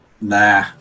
nah